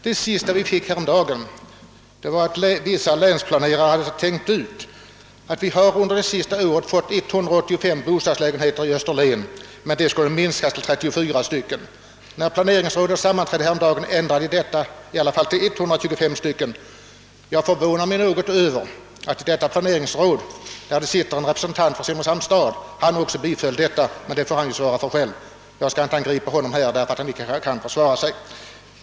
Det senaste vi fick höra var — det skedde häromdagen — att vissa länsplanerare tänkt ut att den bostadskvot på 185 lägenheter, som vi fått det senaste året, skulle minskas till 34 lägenheter i Österlen. När planeringsrådet sammanträdde ändrades siffran i alla fall till 125 lägenheter. Det förvånar mig något att planeringsrådet, där det sitter en representant för Simrishamns stad, över huvud taget kunde gå med på en prutning. Men det får vederbörande representant svara för själv — jag skall inte angripa honom här i kammaren, där han inte kan försvara sig.